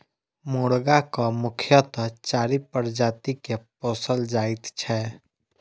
मुर्गाक मुख्यतः चारि प्रजाति के पोसल जाइत छै